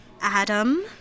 Adam